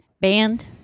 Band